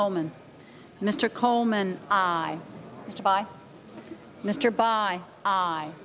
coleman mr coleman i buy mr by